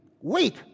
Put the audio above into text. wait